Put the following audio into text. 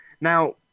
Now